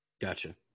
Gotcha